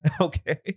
Okay